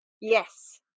Yes